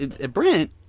Brent